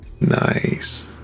Nice